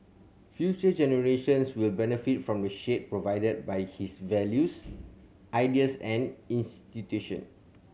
future generations will benefit from the shade provided by his values ideas and institution